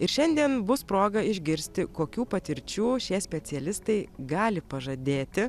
ir šiandien bus proga išgirsti kokių patirčių šie specialistai gali pažadėti